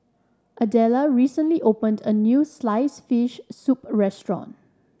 Idella recently opened a new sliced fish soup restaurant